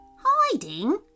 Hiding